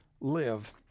live